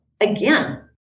again